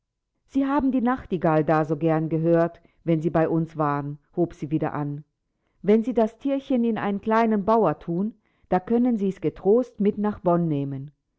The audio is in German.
sie haben die nachtigall da so gern gehört wenn sie bei uns waren hob sie wieder an wenn sie das tierchen in einen kleinen bauer thun da können sie's getrost mit nach bonn nehmen